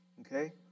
okay